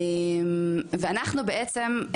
ואנחנו בעצם,